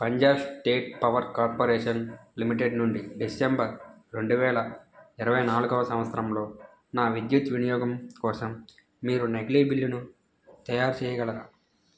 Punjab state power corporation limited నుండి December రెండు వేల ఇరవై నాల్గవ సంవత్సరంలో నా విద్యుత్ వినియోగం కోసం మీరు నకిలీ బిల్లును తయారు చేయగలరా